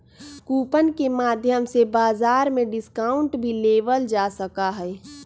coupon के माध्यम से बाजार में डिस्काउंट भी लेबल जा सका हई